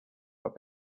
but